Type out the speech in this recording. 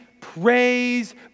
praise